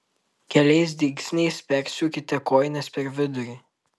keliais dygsniais persiūkite kojines per vidurį